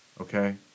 okay